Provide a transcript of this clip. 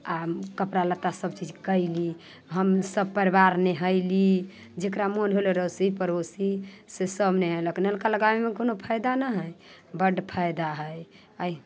आओर कपड़ा लत्ता सब चीज कैली हम सपरिवार नहैली जकरा मोन होल अड़ोसी पड़ोसी से सब नहेलक नलका लगाबेमे कोनो फायदा ना हय बड फायदा हय